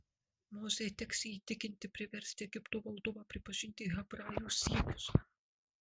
mozei teks jį įtikinti priversti egipto valdovą pripažinti hebrajų siekius